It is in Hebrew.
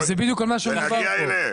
בדיוק על זה מדובר כאן.